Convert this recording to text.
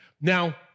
Now